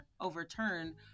overturn